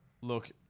Look